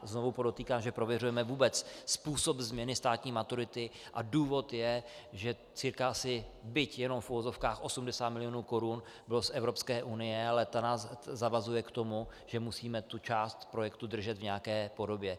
Znovu podotýkám, že prověřujeme vůbec způsob změny státní maturity, a důvod je, že cca asi byť jenom v uvozovkách 80 mil. korun bylo z Evropské unie, ale ta nás zavazuje k tomu, že musíme tu část projektu držet v nějaké podobě.